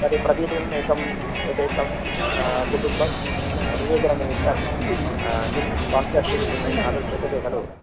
तर्हि प्रतिदिनम् एकम् एकैकं कुटुम्बं निवेदननिमित्तं किं स्पान्सर्शिप् दातुं शक्यते खलु